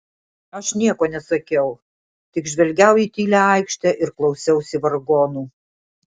aš nieko nesakiau tik žvelgiau į tylią aikštę ir klausiausi vargonų